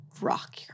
rock